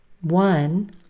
One